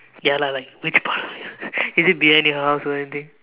ya lah like like a part is it behind your house or anything